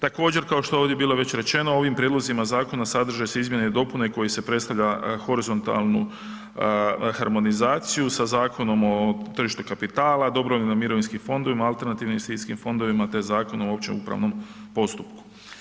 Također kao što je ovdje bilo već rečeno, ovim prijedlozima zakona sadržane su izmjene i dopune kojim se predstavlja horizontalnu harmonizaciju sa Zakonom o tržištu kapitala, dobrovoljnim mirovinskim fondovima, alternativnim investicijskim fondovima te Zakonom o općem upravnom postupku.